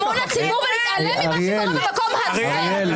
והציבור שלך לא נותן אמון בי --- אריאל,